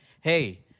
hey